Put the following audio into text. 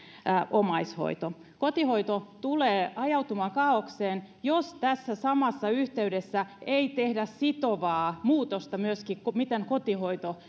omaishoito kotihoito tulee ajautumaan kaaokseen jos tässä samassa yhteydessä ei tehdä sitovaa muutosta myöskin siihen miten kotihoito